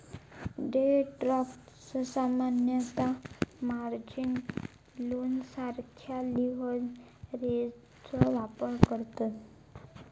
day traders सामान्यतः margin लोनसारख्या लीव्हरेजचो वापर करतत